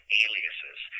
aliases